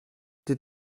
does